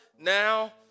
now